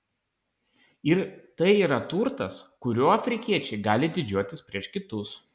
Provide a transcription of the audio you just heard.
ir tai yra turtas kuriuo afrikiečiai gali didžiuotis prieš kitus